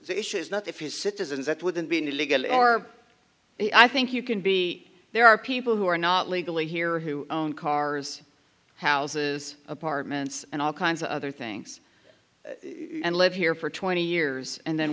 is not if he is citizens that wouldn't be legal or i think you can be there are people who are not legally here who own cars houses apartments and all kinds of other things and live here for twenty years and then